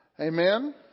Amen